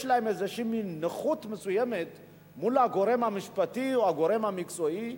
יש לה איזה מין נכות מסוימת מול הגורם המשפטי או הגורם המקצועי.